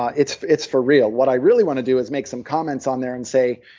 ah it's it's for real. what i really want to do is make some comments on there and say,